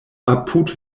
apud